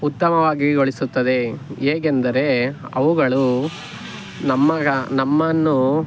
ಉತ್ತಮವಾಗಿಗೊಳಿಸುತ್ತದೆ ಹೇಗೆಂದರೆ ಅವುಗಳು ನಮ್ಮ ಗ ನಮ್ಮನ್ನು